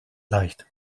leicht